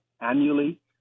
annually